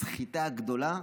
"הסחיטה הגדולה",